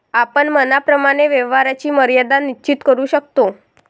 आपण मनाप्रमाणे व्यवहाराची मर्यादा निश्चित करू शकतो